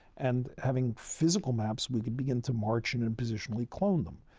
and having physical maps we could begin to march and and positionally clone them.